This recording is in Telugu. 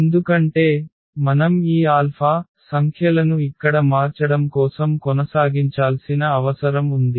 ఎందుకంటే మనం ఈ ఆల్ఫా సంఖ్యలను ఇక్కడ మార్చడం కోసం కొనసాగించాల్సిన అవసరం ఉంది